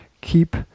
keep